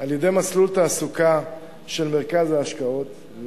על-ידי מסלול תעסוקה של מרכז ההשקעות.